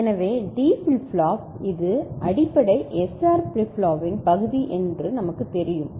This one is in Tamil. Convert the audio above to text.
எனவே D ஃபிளிப் ஃப்ளாப் இது அடிப்படை SR ஃபிளிப் ஃப்ளாப் பகுதி என்று நமக்குத் தெரியும்